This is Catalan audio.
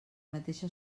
mateixa